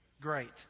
great